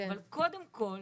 אבל קודם כל,